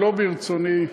שלא ברצוני,